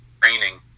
training